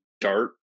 dart